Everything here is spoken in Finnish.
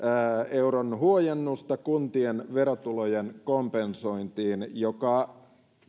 euron huojennusta kuntien verotulojen kompensointiin joka